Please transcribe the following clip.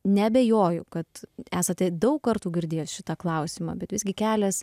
neabejoju kad esate daug kartų girdėjus šitą klausimą bet visgi kelias